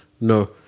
no